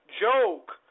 joke